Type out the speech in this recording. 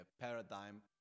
paradigm